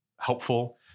helpful